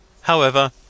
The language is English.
However